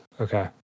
Okay